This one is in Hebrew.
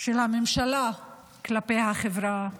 של הממשלה כלפי החברה הערבית,